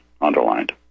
underlined